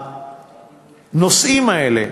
הנושאים האלה,